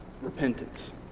repentance